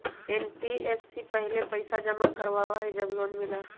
NBFC पहले पईसा जमा करवहई जब लोन मिलहई?